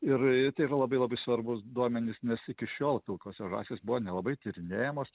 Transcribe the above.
ir tai yra labai labai svarbūs duomenys nes iki šiol tokios žąsys buvo nelabai tyrinėjamos